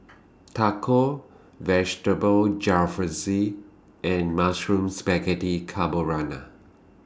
Tacos Vegetable Jalfrezi and Mushroom Spaghetti Carbonara